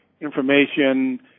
information